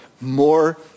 more